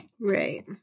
Right